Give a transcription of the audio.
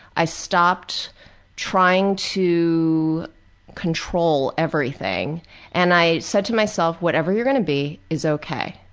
i stopped trying to control everything and i said to myself, whatever you're going to be is ok.